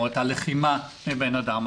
או את הלחימה מהבן אדם.